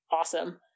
Awesome